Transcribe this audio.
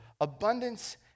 abundance